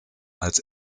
als